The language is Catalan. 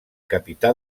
capità